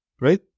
right